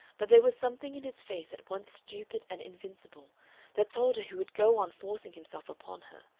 but there was something in his face at once stupid and invincible that told her he would go on forcing himself upon her,